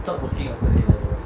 stop working after a levels